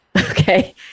okay